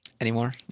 Anymore